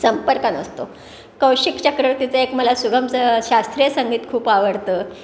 संपर्क नसतो कौशिकी चक्रवर्तीचं एक मला सुगम स शास्त्रीय संगीत खूप आवडतं